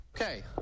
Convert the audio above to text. okay